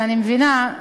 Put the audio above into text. ואני מבינה,